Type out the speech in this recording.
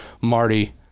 Marty